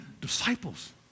disciples